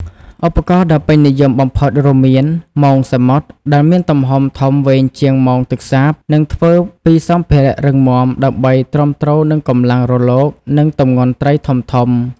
ឧបករណ៍ដ៏ពេញនិយមបំផុតរួមមាន មងសមុទ្រ ដែលមានទំហំធំវែងជាងមងទឹកសាប និងធ្វើពីសម្ភារៈរឹងមាំដើម្បីទ្រាំទ្រនឹងកម្លាំងរលក និងទម្ងន់ត្រីធំៗ។